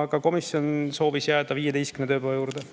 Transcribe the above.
Aga komisjon soovis jääda 15 päeva juurde.